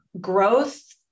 growth